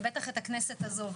בטח את הכנסת הזו,